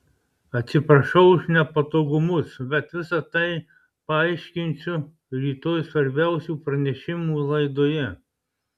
atsiprašau už nepatogumus bet visa tai paaiškinsiu rytoj svarbiausių pranešimų laidoje